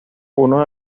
uno